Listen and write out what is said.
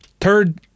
Third